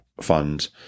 fund